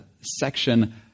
section